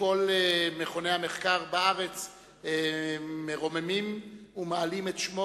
שכל מכוני המחקר בארץ מרוממים ומעלים את שמו